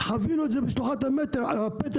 חווינו את זה בשלוחת הפטם,